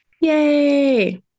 yay